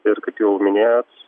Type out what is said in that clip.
ir kaip jau minėjot